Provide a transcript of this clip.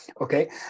Okay